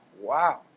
wow